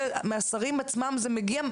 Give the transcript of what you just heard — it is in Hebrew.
מהשרים עצמם זה מגיע,